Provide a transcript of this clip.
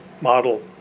model